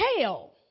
hell